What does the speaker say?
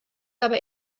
aber